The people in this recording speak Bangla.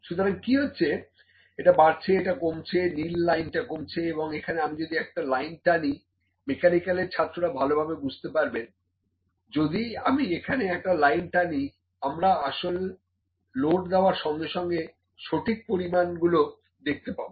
সুতরাং কি হচ্ছেএটা বাড়ছে এটা কমছে নীল লাইন টা কমছে এবং এখানে আমি যদি একটা লাইন টানি মেকানিক্যালের ছাত্ররা ভালোভাবে বুঝতে পারবেন যদি আমি এখানে একটা লাইন টানিআমরা আসল লোড দেওয়ার সঙ্গে সঙ্গে সঠিক পরিমাপ গুলো দেখতে পাবো